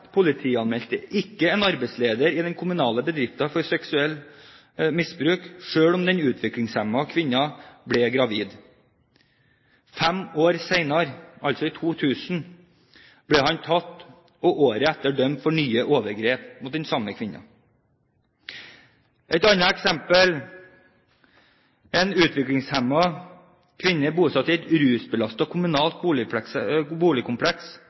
politianmeldte ikke en arbeidsleder i den kommunale bedriften for seksuelt misbruk, selv om den utviklingshemmede kvinnen ble gravid. Fem år senere, altså i 2000, ble han tatt, og året etter dømt for nye overgrep mot den samme kvinnen. Et eksempel til: En utviklingshemmet kvinne bosatt i et rusbelastet kommunalt boligkompleks